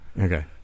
Okay